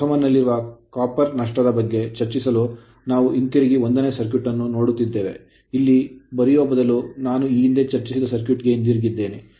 ಟ್ರಾನ್ಸ್ farmer ನಲ್ಲಿರುವ copper ನಷ್ಟದ ಬಗ್ಗೆ ಚರ್ಚಿಸಲು ನಾವು ಹಿಂತಿರುಗಿ 1ನೇ ಸರ್ಕ್ಯೂಟ್ ಅನ್ನು ನೋಡುತ್ತೇವೆ ಇಲ್ಲಿ ಬರೆಯುವ ಬದಲು ನಾನು ಈ ಹಿಂದೆ ಚರ್ಚಿಸಿದ ಸರ್ಕ್ಯೂಟ್ ಗೆ ಹಿಂತಿರುಗುತ್ತೇನೆ